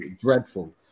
dreadful